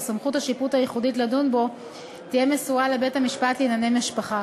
סמכות השיפוט הייחודית לדון בו תהיה מסורה לבית-המשפט לענייני משפחה.